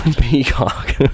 Peacock